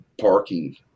parking